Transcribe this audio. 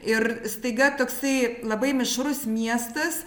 ir staiga toksai labai mišrus miestas